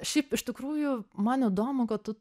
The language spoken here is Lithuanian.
šiaip iš tikrųjų man įdomu kad tu